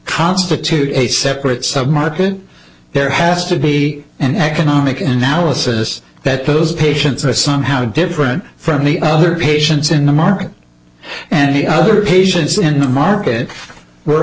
constitute a separate sub market there has to be an economic analysis that those patients a somehow different from the other patients in the market and the other patients in the market were